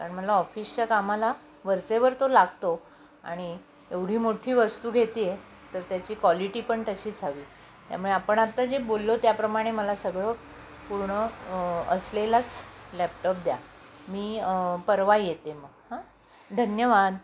कारण मला ऑफिसच्या कामाला वरच्या वर तो लागतो आणि एवढी मोठी वस्तू घेते आहे तर त्याची क्वालिटी पण तशीच हवी त्यामुळे आपण आत्ता जे बोललो त्याप्रमाणे मला सगळं पूर्ण असलेलाच लॅपटॉप द्या मी परवा येते मग हां धन्यवाद